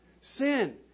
Sin